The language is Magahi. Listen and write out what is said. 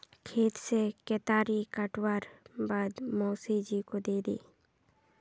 खेत से केतारी काटवार बाद मोसी जी को दे दे